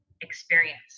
experience